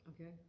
Okay